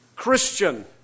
Christian